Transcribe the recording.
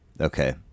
Okay